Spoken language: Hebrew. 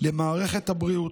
למערכת הבריאות,